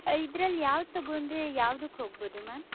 ಇದರಲ್ಲಿ ಯಾವುದು ತಗೊಂಡ್ರೆ ಯಾವ್ದಕ್ಕೆ ಹೋಗಬಹುದು ಮ್ಯಾಮ್